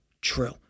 true